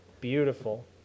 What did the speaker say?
Beautiful